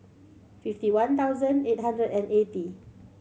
fifty one thousand eight hundred and eighty